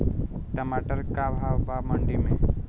टमाटर का भाव बा मंडी मे?